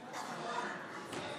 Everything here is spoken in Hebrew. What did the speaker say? נתקבלה.